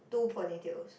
two ponytails